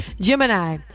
gemini